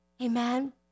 Amen